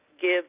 give